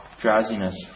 drowsiness